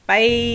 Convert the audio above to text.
Bye